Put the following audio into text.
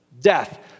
Death